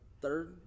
third